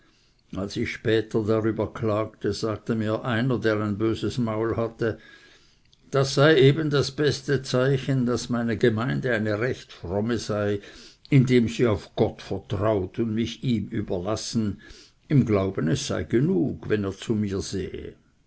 als ich später darüber klagte sagte mir einer der ein böses maul hatte das sei eben das beste zeichen daß meine gemeinde eine recht fromme sei indem sie auf gott vertraut und ihm mich überlassen im glauben es sei genug wenn er zu mir sehe